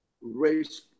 race